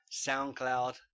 SoundCloud